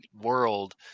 world